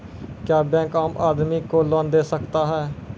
क्या बैंक आम आदमी को लोन दे सकता हैं?